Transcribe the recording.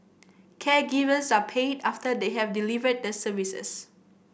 caregivers are paid after they have delivered the service